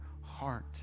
heart